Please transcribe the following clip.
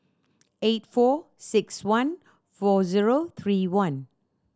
eight four six one four zero three one